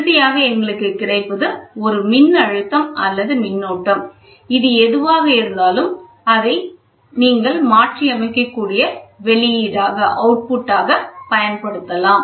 இறுதியாக எங்களுக்குக் கிடைப்பது ஒரு மின்னழுத்தம் அல்லது மின்னோட்டம் இது எதுவாக இருந்தாலும் அதை நீங்கள் மாற்றியமைக்கக்கூடிய வெளியீடாகப் பயன்படுத்தலாம்